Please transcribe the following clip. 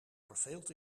verveeld